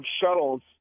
shuttles